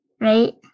right